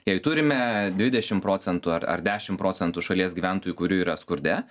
jei turime dvidešim procentų ar ar dešim procentų šalies gyventojų kurių yra skurde